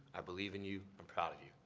i believe in you. i'm proud of you.